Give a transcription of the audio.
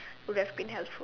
would have been helpful